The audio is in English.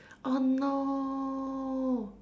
oh no